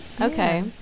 Okay